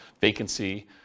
vacancy